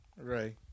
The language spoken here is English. Right